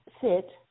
sit